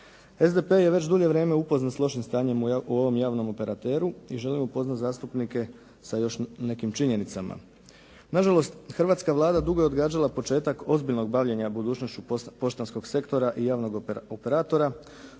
SDP je već dulje vrijeme upoznat s lošim stanjem u ovom javnom operateru i želim upoznati zastupnike sa još nekim činjenicama. Nažalost, hrvatska Vlada dugo je odgađala početak ozbiljnog bavljenja budućnošću poštanskog sektora i javnog operatora